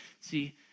See